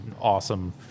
awesome